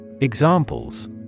Examples